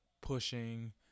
pushing